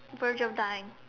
verge of dying